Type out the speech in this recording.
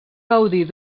gaudir